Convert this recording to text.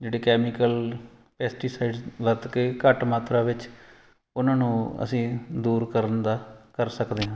ਜਿਹੜੇ chemical pesticide ਲੱਤ ਕੇ ਘੱਟ ਮਾਤਰਾ ਵਿੱਚ ਉਹਨਾਂ ਨੂੰ ਅਸੀਂ ਦੂਰ ਕਰਨ ਦਾ ਕਰ ਸਕਦੇ ਹਾਂ